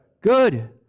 Good